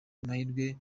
amahirwe